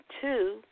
two